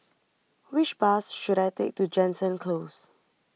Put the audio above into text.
which bus should I take to Jansen Close